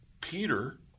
Peter